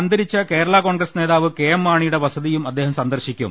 അന്തരിച്ച കേരള കോൺഗ്രസ് നേതാവ് കെഎം മാണിയുടെ വസ തിയും അദ്ദേഹം സന്ദർശിക്കും